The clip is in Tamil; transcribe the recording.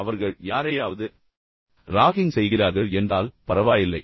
எனவே அவர்கள் யாரையாவது ராகிங் செய்கிறார்கள் என்றால் பரவாயில்லை